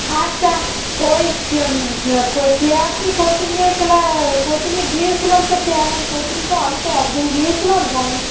আচ্ছা ওই কে কআরসি কোচিংয়ে ক্লা কোচিংয়ে গিয়েছিলাম তো কেমন কোচিংটা আমি তো একদিন গিয়েছিলাম জান